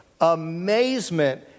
amazement